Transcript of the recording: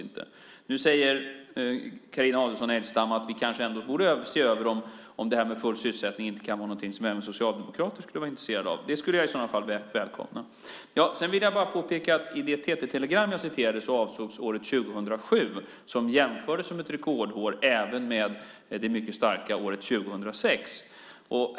Nu säger Carina Adolfsson Elgestam att vi kanske ändå borde se över om detta med full sysselsättning inte kunde vara intressant också för socialdemokrater. Det skulle jag i så fall välkomna. Sedan vill jag påpeka att i det TT-telegram jag citerade avsågs året 2007 som är ett rekordår även i jämförelse med det mycket starka året 2006.